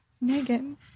Megan